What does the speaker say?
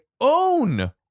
own